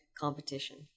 competition